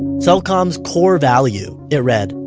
cellcom's core value, it read,